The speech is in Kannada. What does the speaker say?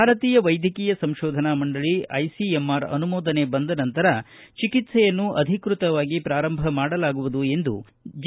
ಭಾರತೀಯ ವೈದ್ಯಕೀಯ ಸಂಶೋಧನಾ ಮಂಡಳಿ ಐಸಿಎಂಆರ್ ಅನುಮೋದನೆ ಬಂದ ನಂತರ ಚಿಕಿತ್ಸೆಯನ್ನು ಅಧಿಕೃತವಾಗಿ ಪ್ರಾರಂಭ ಮಾಡಲಾಗುವುದು ಎಂದು ದರು